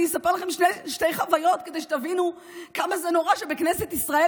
אני אספר לכם שתי חוויות כדי שתבינו כמה זה נורא שבכנסת ישראל,